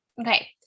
Okay